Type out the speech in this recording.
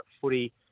footy